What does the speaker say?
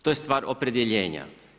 To je stvar opredjeljenja.